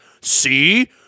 See